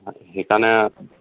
সেইকাৰণে